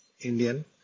Indian